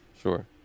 Sure